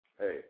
Hey